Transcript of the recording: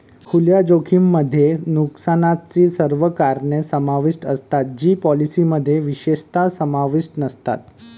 खुल्या जोखमीमध्ये नुकसानाची सर्व कारणे समाविष्ट असतात जी पॉलिसीमध्ये विशेषतः समाविष्ट नसतात